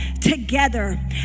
together